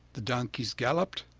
the donkeys galloped,